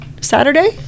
saturday